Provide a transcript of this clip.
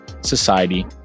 society